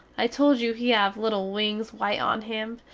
i told you he have little wings white on him,